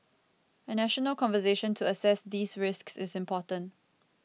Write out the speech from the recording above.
a national conversation to assess these risks is important